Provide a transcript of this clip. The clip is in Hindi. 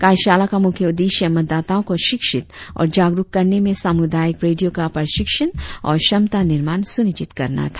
कार्यशाला का मुख्य उद्देश्य मतदाताओं को शिक्षित और जागरुक करने में सामुदायिक रेडियों का प्रशिक्षण और क्षमता निर्माण सुनिश्चित करना था